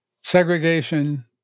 segregation